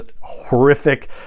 horrific